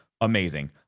amazing